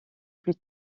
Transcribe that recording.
plus